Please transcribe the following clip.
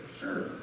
sure